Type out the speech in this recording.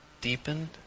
deepened